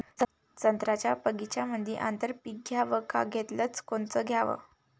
संत्र्याच्या बगीच्यामंदी आंतर पीक घ्याव का घेतलं च कोनचं घ्याव?